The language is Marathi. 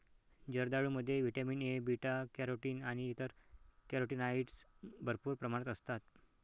जर्दाळूमध्ये व्हिटॅमिन ए, बीटा कॅरोटीन आणि इतर कॅरोटीनॉइड्स भरपूर प्रमाणात असतात